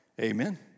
Amen